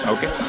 Okay